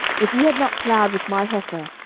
if ye had not plowed with my heifer,